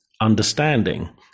understanding